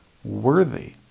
worthy